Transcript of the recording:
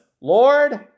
Lord